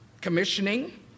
commissioning